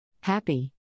Happy